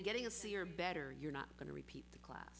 getting a c or better you're not going to repeat the class